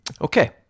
okay